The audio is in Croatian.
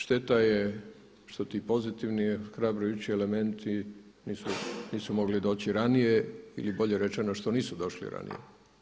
Šteta je što ti pozitivni ohrabrujući elementi nisu mogli doći ranije ili bolje rečeno što nisu došli ranije.